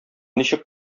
ничек